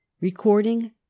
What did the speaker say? Recording